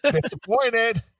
disappointed